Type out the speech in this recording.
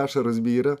ašaros byra